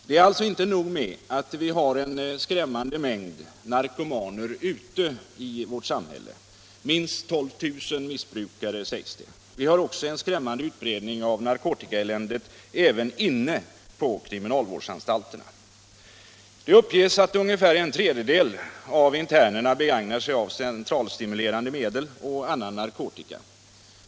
Det är alltså inte nog med att vi har en skrämmande mängd narkomaner ute i vårt samhälle — minst 12 000 missbrukare, sägs det. Vi har också en skrämmande utbredning av narkotikaeländet även inne på kriminalvårdsanstalterna. Det uppges att ungefär en tredjedel av internerna begagnar centralstimulerande medel och andra narkotika.